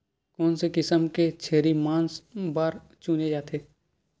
कोन से किसम के छेरी मांस बार चुने जाथे?